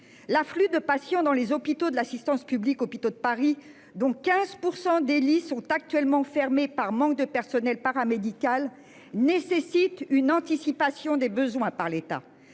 L'afflux de patients dans les hôpitaux de l'Assistance Publique Hôpitaux de Paris, dont 15% des lits sont actuellement fermés par manque de personnel paramédical, nécessite une anticipation des besoins par l'État.